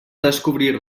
descobrir